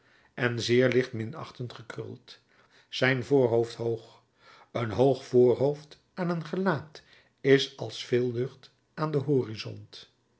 en zeer licht minachtend gekruld zijn voorhoofd hoog een hoog voorhoofd aan een gelaat is als veel lucht aan den horizont